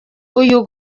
uyu